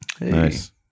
nice